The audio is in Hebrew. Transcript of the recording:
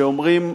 שאומרים,